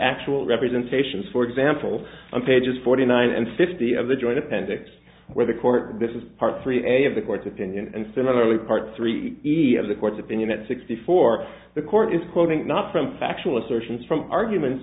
actual representations for example pages forty nine and fifty of the joint appendix where the court this is part three a of the court's opinion and similarly part three of the court's opinion at sixty four the court is quoting not from factual assertions from arguments